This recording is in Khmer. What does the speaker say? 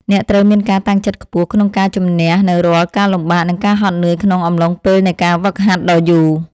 អ្នកត្រូវមានការតាំងចិត្តខ្ពស់ក្នុងការជម្នះនូវរាល់ការលំបាក និងការហត់នឿយក្នុងអំឡុងពេលនៃការហ្វឹកហាត់ដ៏យូរ។